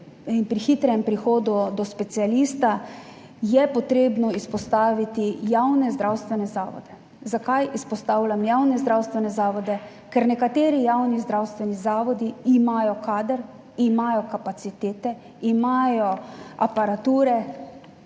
in pri hitrem prehodu do specialista je potrebno izpostaviti javne zdravstvene zavode. Zakaj izpostavljam javne zdravstvene zavode? Ker nekateri javni zdravstveni zavodi imajo kader, imajo kapacitete, imajo aparature,